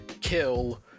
kill